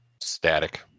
Static